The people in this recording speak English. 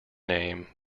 name